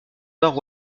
nord